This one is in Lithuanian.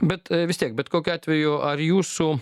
bet vis tiek bet kokiu atveju ar jūsų